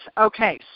Okay